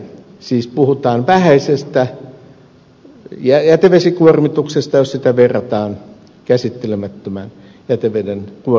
siis puhutaan vähäisestä jätevesikuormituksesta jos sitä verrataan käsittelemättömän jäteveden kuormitukseen